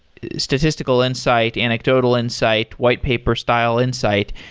statistical insight, anecdotal insight, white paper style insight,